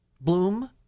Bloom